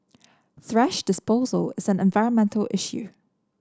thrash disposal is an environmental issue